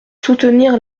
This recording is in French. soutenir